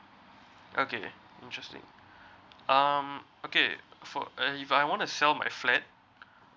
okay interesting um okay for uh if I want to sell my flat